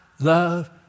love